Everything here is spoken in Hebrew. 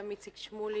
גם לאיציק שמולי,